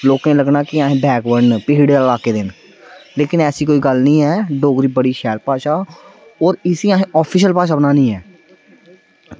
लोकें गी लग्गना की अस बैकवर्ड न अस पिच्छड़े लाके दे न लेकिन ऐसी कोई गल्ल निं ऐ डोगरी इक्क बड़ी अच्छी भाशा ऐ होर इसी असें ऑफिशीयल भाशा बनानी ऐ